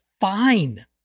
fine